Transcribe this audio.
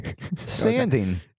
Sanding